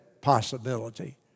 possibility